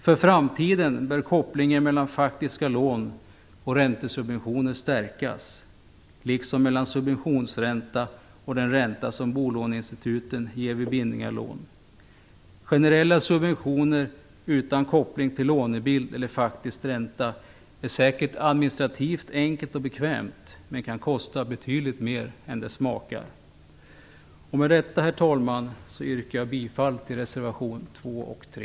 För framtiden bör kopplingen mellan faktiska lån och räntesubventioner stärkas, liksom mellan subventionsräntan och den ränta som bolåneinstituten ger vid bindning av lån. Att ge generella subventioner utan koppling till lånebild eller faktisk ränta är säkert administrativt enkelt och bekvämt, men det kan kosta betydligt mer än de smakar. Med detta, herr talman, yrkar jag bifall till reservationerna 2 och 3.